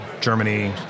Germany